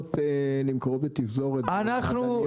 גבינות נמכרות בתפזורת, במעדניות.